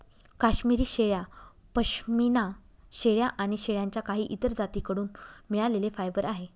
काश्मिरी शेळ्या, पश्मीना शेळ्या आणि शेळ्यांच्या काही इतर जाती कडून मिळालेले फायबर आहे